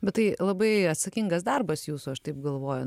bet tai labai atsakingas darbas jūsų aš taip galvoju